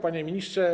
Panie Ministrze!